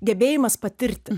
gebėjimas patirti